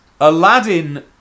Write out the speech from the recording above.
Aladdin